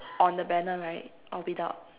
on the banner right or without